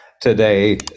today